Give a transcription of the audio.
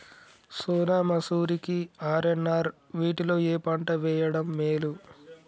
సోనా మాషురి కి ఆర్.ఎన్.ఆర్ వీటిలో ఏ పంట వెయ్యడం మేలు?